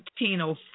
1905